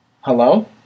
Hello